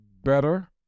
better